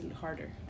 harder